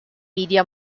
media